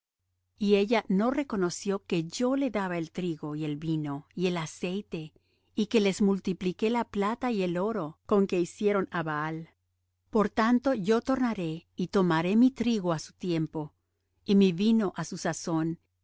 y ella no reconoció que yo le daba el trigo y el vino y el aceite y que les multipliqué la plata y el oro con que hicieron á baal por tanto yo tornaré y tomaré mi trigo á su tiempo y mi vino á su sazón